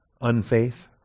unfaith